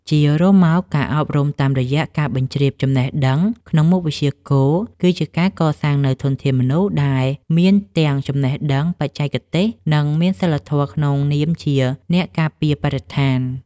ជារួមមក ការអប់រំតាមរយៈការបញ្ជ្រាបចំណេះដឹងក្នុងមុខវិជ្ជាគោល គឺជាការកសាងនូវធនធានមនុស្សដែលមានទាំងចំណេះដឹងបច្ចេកទេស និងមានសីលធម៌ក្នុងនាមជាអ្នកការពារបរិស្ថាន។